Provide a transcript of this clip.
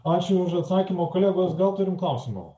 ačiū už atsakymą kolegos gal turim klausimų